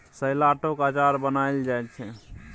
शेलौटक अचार बनाएल जाइ छै